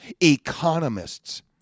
Economists